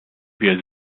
wir